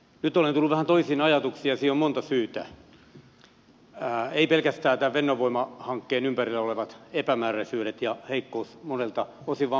nyt olen tullut vähän toisiin ajatuksiin ja siihen on monta syytä eivät pelkästään tämän fennovoima hankkeen ympärillä olevat epämääräisyydet ja heikkous monelta osin vaan muitakin